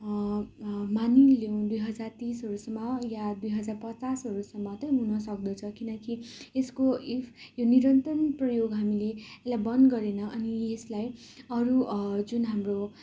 मानिलेउ दुई हजार तिसहरूसम्म या दुई हजार पचासहरूसम्म त्यही हुनसक्दछ किनकि यसको इफ यो निरन्तन प्रयोग हामीले यसलाई बन्द गरेनौँ अनि यसलाई अरू जुन हाम्रो